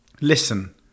Listen